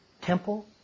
temple